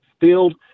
field